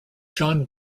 john